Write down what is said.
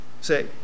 Say